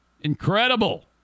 Incredible